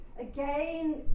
again